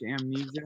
amnesia